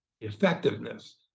effectiveness